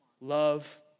Love